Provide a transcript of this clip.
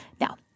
Now